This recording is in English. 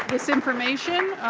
this information.